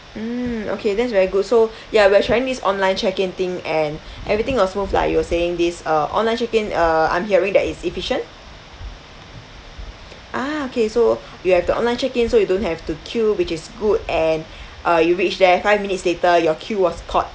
mm okay that's very good so ya we're trying this online check in thing and everything was smooth lah you were saying this uh online check in uh I'm hearing that it's efficient ah okay so you have to online check in so you don't have to queue which is good and uh you reach there five minutes later your queue was called